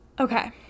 Okay